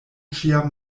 ĉiam